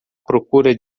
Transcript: procura